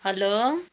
hello